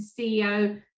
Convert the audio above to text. ceo